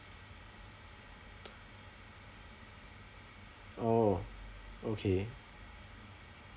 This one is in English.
orh okay